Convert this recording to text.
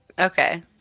Okay